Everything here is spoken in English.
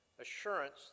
Assurance